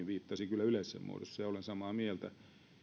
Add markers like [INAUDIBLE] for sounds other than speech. [UNINTELLIGIBLE] viittasi kyllä yleisessä muodossa siitä olen samaa mieltä